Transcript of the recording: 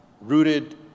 rooted